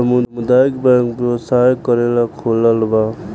सामुदायक बैंक व्यवसाय करेला खोलाल बा